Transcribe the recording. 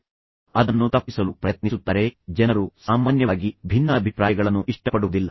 ಆದ್ದರಿಂದ ಅವರು ಅದನ್ನು ತಪ್ಪಿಸಲು ಪ್ರಯತ್ನಿಸುತ್ತಾರೆ ಮತ್ತು ನಂತರ ಜನರು ಸಾಮಾನ್ಯವಾಗಿ ಭಿನ್ನಾಭಿಪ್ರಾಯಗಳನ್ನು ಇಷ್ಟಪಡುವುದಿಲ್ಲ